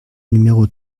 numéro